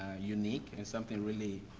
unique, and something really,